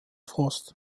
frost